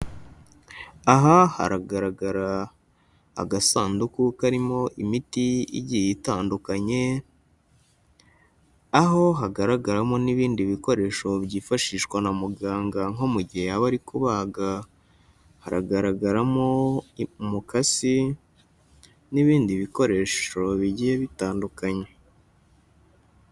Aha haragaragara agasanduku karimo imiti igiye itandukanye, aho hagaragaramo n'ibindi bikoresho byifashishwa na muganga nko mu gihe aba ari kubaga, haragaragaramo umukasi n'ibindi bikoresho bigiye bitandukanye.